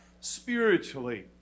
spiritually